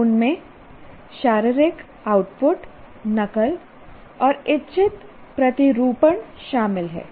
उनमें शारीरिक आउटपुट नकल और इच्छित प्रतिरूपण शामिल हैं